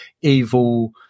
evil